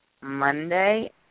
Monday